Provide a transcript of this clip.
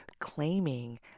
claiming